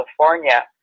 California